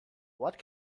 what